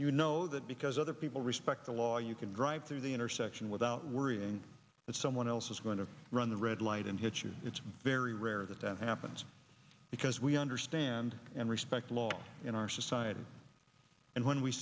you know that because other people respect the law you can drive through the intersection without worrying that someone else is going to run the red light and hit you it's very rare that that happens because we understand and respect law in our society and when we